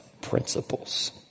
principles